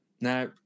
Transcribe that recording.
Now